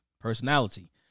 personality